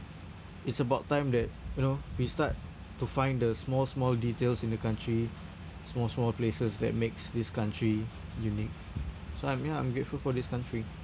it's about time that you know we start to find the small small details in the country small small places that makes this country unique so I'm ya I'm grateful for this country